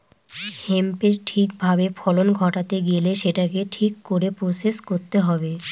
হেম্পের ঠিক ভাবে ফলন ঘটাতে গেলে সেটাকে ঠিক করে প্রসেস করতে হবে